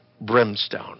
brimstone